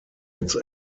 its